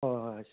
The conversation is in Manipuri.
ꯍꯣꯏ ꯍꯣꯏ ꯍꯣꯏ